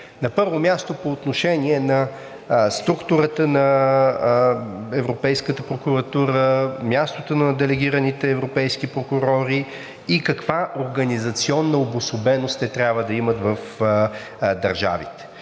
На първо място по отношение на структурата на Европейската прокуратура, мястото на делегираните европейски прокурори и каква организационна обособеност те трябва да имат в държавите.